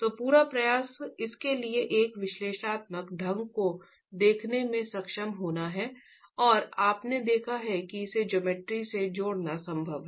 तो पूरा प्रयास इसके लिए एक विश्लेषणात्मक ढांचे को देखने में सक्षम होना है और आपने देखा है कि इसे ज्योमेट्री से जोड़ना संभव है